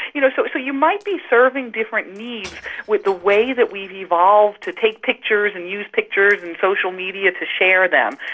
you know so so you might be serving different needs with the way that evolved to take pictures and use pictures and social media to share them.